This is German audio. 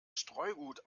streugut